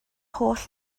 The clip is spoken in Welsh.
holl